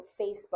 Facebook